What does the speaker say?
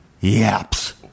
yaps